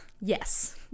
Yes